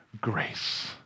grace